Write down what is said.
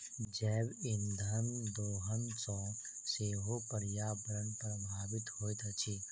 जैव इंधनक दोहन सॅ सेहो पर्यावरण प्रभावित होइत अछि